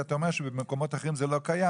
אתה אומר שבמקומות אחרים זה לא קיים,